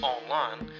Online